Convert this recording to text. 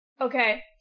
Okay